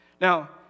Now